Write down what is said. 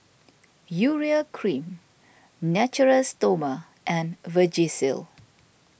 Urea Cream Natura Stoma and Vagisil